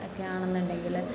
ഒക്കെ ആണെന്നുണ്ടെങ്കിൽ